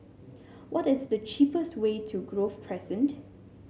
what is the cheapest way to Grove Crescent